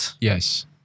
Yes